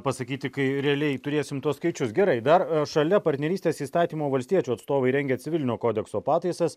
pasakyti kai realiai turėsim tuos skaičius gerai dar šalia partnerystės įstatymo valstiečių atstovai rengia civilinio kodekso pataisas